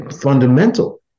fundamental